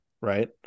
right